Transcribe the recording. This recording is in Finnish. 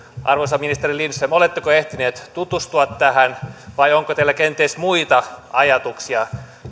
arvoisa ministeri lindström oletteko ehtinyt tutustua tähän vai onko teillä kenties muita ajatuksia